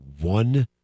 one